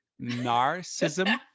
narcissism